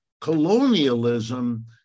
colonialism